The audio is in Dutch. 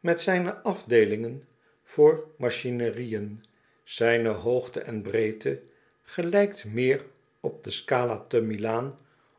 met zijne afdeelingen voor machinerieën zijne hoogte en breedte gelijkt meer op do scala te milaan